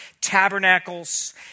Tabernacles